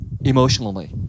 emotionally